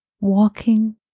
walking